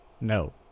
No